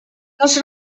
наш